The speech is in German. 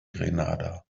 grenada